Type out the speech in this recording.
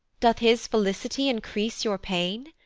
doth his felicity increase your pain?